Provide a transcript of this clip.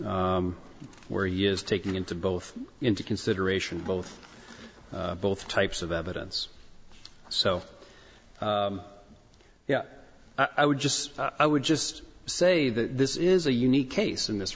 where he is taking into both into consideration both both types of evidence so yeah i would just i would just say that this is a unique case in this